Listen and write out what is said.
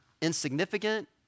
insignificant